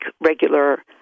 regular